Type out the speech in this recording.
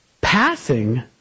passing